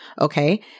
Okay